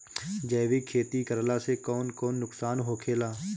जैविक खेती करला से कौन कौन नुकसान होखेला?